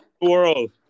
world